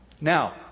Now